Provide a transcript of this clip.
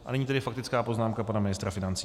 A nyní tedy faktická poznámka pana ministra financí.